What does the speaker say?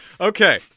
Okay